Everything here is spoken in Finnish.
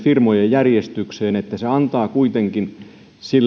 firmojen keskinäisessä järjestyksessä kun se antaa kuitenkin